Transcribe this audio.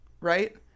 right